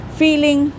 feeling